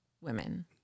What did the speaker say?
women